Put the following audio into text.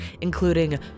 including